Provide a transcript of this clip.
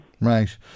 Right